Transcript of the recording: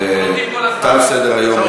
תם סדר-היום.